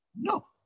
No